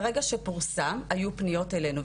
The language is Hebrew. ברגע שפורסם היו פניות אלינו,